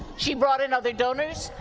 she brought in other donors,